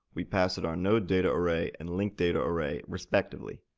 we pass it our nodedataarray and linkdataarray, respectively.